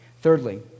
Thirdly